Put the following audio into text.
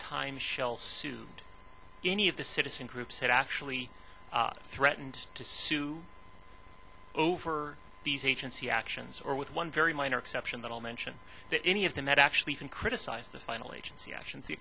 time shell suit any of the citizen groups had actually threatened to sue over these agency actions or with one very minor exception that i'll mention that any of them that actually even criticize the final agency actions the